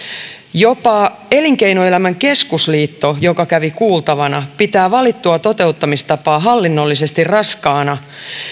jopa elinkeinoelämän keskusliitto joka kävi kuultavana pitää valittua toteuttamistapaa hallinnollisesti raskaana